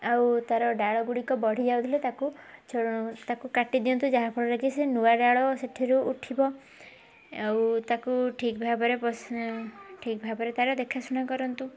ଆଉ ତାର ଡାଳ ଗୁଡ଼ିକ ବଢ଼ି ଯାଉଥିଲେ ତାକୁ ତାକୁ କାଟି ଦିଅନ୍ତି ନାହିଁ ଯାହା ଫଳରେ କି ସେ ନୂଆ ଡାଳ ସେଠିରୁ ଉଠିବ ଆଉ ତାକୁ ଠିକ୍ ଭାବରେ ଠିକ୍ ଭାବରେ ତାର ଦେଖାଶୁଣା କରନ୍ତୁ